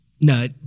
No